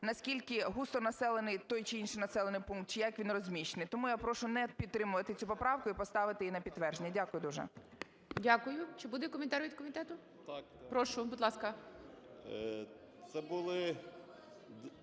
наскільки густо населений той чи інший населений пункт чи як він розміщений. Тому я прошу не підтримувати цю поправку і поставити її на підтвердження. Дякую дуже. ГОЛОВУЮЧИЙ. Дякую. Чи буде коментар від комітету? Прошу, будь ласка. 13:02:07